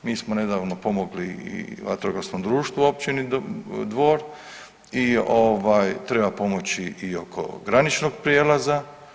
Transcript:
Mi smo nedavno pomogli i vatrogasno društvo općini Dvor i treba pomoći oko graničnog prijelaza.